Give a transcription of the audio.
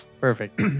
Perfect